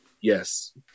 Yes